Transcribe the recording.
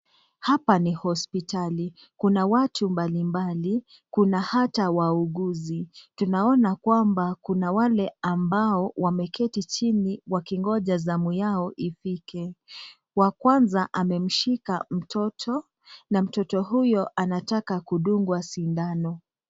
Hapa ni hospitali, Kuna watu mbalimbali, Kuna hata wauguzi. Tunaona kwamba kuna wale ambao wameketi chini wakingoja zamu yao ifike. Wakwanza ameshika mtoto, na mtoto huyo anataka kudungwa sindano.